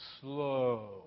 slow